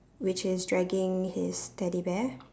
which is dragging his teddy bear